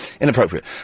inappropriate